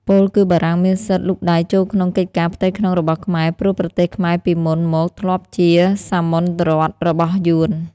ពោលគឺបារាំងមានសិទ្ធិលូកដៃចូលក្នុងកិច្ចការផ្ទៃក្នុងរបស់ខ្មែរ ព្រោះប្រទេសខ្មែរពីមុនមកធ្លាប់ជាសាមន្តរដ្ឋរបស់យួន។